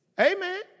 Amen